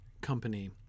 company